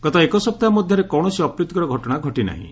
ଗତ ଏକ ସପ୍ତାହ ମଧ୍ୟରେ କୌଣସି ଅପ୍ରୀତିକର ଘଟଣା ଘଟି ନାହିଁ